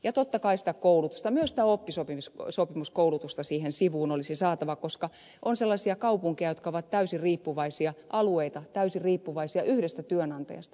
ja totta kai sitä koulutusta myös sitä oppisopimuskoulutusta siihen sivuun olisi saatava koska on sellaisia kaupunkeja ja alueita jotka ovat täysin riippuvaisia yhdestä työnantajasta